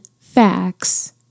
facts